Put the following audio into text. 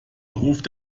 ruft